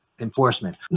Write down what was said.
enforcement